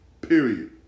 Period